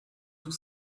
tous